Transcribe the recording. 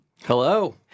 Hello